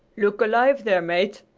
look alive there, mate!